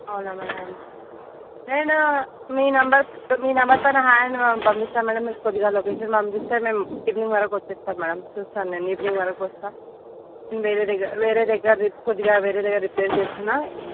అవునా మ్యాడమ్ నేను మీ నెంబర్ తో మీ నెంబర్ పైన హాయ్ అని పంపిస్తాము మ్యాడమ్ మీరు కొద్దిగా లొకేషన్ పంపిస్తే మేమ్ ఈవినింగ్ వరకు వస్తాం మ్యాడమ్ చూస్తాను నేను ఈవినింగ్ వరకు వస్తాను వేరే దగ్గర వేరే దగ్గర కొద్దిగా వేరే దగ్గర రిపేర్ చేస్తున్నాను